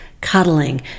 cuddling